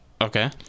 Okay